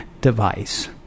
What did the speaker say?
device